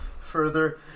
Further